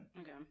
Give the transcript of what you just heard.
Okay